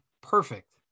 Perfect